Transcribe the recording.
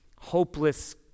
hopeless